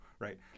right